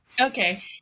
Okay